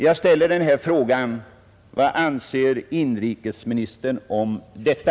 Jag ställer den här frågan: Vad anser inrikesministern om detta?